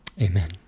Amen